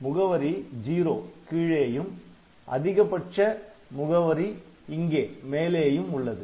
முகவரி 0 கீழேயும் அதிகபட்ச முகவரி இங்கேமேலேயும் உள்ளது